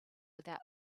without